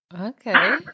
Okay